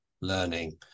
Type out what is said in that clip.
learning